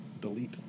delete